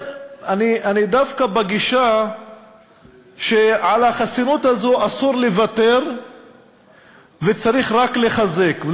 אני דווקא בגישה שעל החסינות הזאת אסור לוותר וצריך רק לחזק אותה,